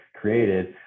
created